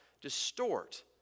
distort